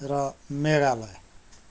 र मेघालय